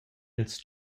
ils